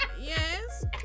yes